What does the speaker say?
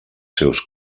seus